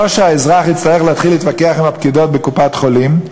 לא שהאזרח יצטרך להתחיל להתווכח עם הפקידות בקופת-חולים,